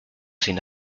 sin